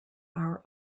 our